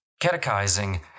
Catechizing